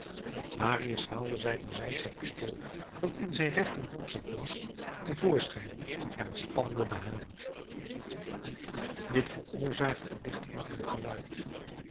marius haalde zijnerzijds het pistool dat in zijn rechterbroekzak was te voorschijn en spande den haan dit veroorzaakte een licht knappend geluid